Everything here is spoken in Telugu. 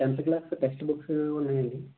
టెన్త్ క్లాస్ టెక్స్ట్ బుక్స్ ఉన్నాయండి